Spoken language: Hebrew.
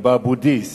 או באבו-דיס,